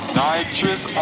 nitrous